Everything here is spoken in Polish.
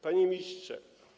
Panie Ministrze!